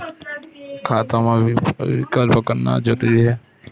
खाता मा विकल्प करना जरूरी है?